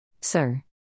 Sir